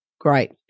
Great